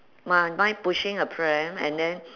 mi~ mine pushing a pram and then